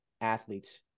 athletes